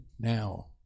Now